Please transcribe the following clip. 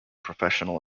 professional